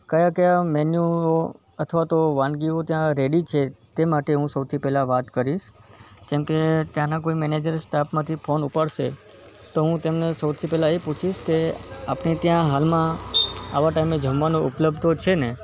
કયા કયા મેન્યૂ અથવા તો વાનગીઓ ત્યાં રૅડી છે તે માટે હું સૌથી પહેલાં વાત કરીશ કેમકે ત્યાંના કોઈ મૅનેજર સ્ટાફમાંથી ફોન ઉપાડશે તો હું તેમને સૌથી પહેલાં એ પૂછીશ કે આપને ત્યાં હાલમાં આવાં ટાઇમે જમવાનું ઉપલબ્ધ તો છે ને